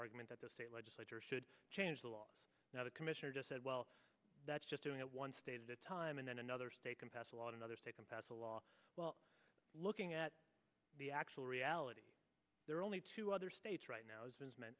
argument that the state legislature should change the law now the commissioner just said well that's just one state of the time and then another state can pass a law to another state and pass a law while looking at the actual reality there are only two other states right now as ment